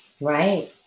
Right